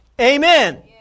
Amen